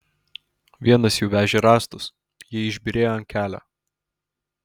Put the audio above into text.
vienas jų vežė rąstus jie išbyrėjo ant kelio